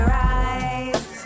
rise